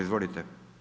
Izvolite.